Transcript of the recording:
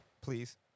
please